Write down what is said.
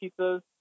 pizzas